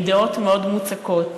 עם דעות מאוד מוצקות,